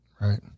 Right